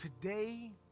Today